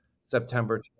September